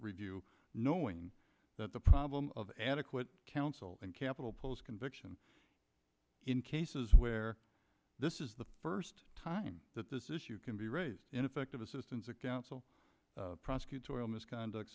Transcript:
review knowing that the problem of adequate counsel and capital post conviction in cases where this is the first time that this issue can be raised ineffective assistance of counsel prosecutorial misconduct